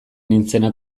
nintzena